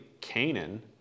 Canaan